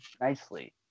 nicely